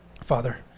Father